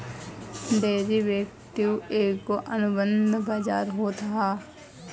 derivative एगो अनुबंध बाजार होत हअ